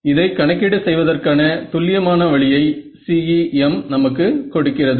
இதை கணக்கீடு செய்வதற்கான துல்லியமான வழியை CEM நமக்கு கொடுக்கிறது